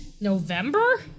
November